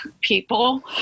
people